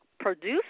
produce